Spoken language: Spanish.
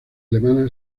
alemana